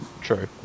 True